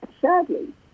sadly